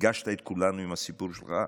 ריגשת את כולנו עם הסיפור שלך,